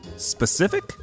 Specific